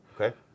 Okay